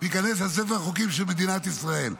שזה ייכנס לספר החוקים של מדינת ישראל.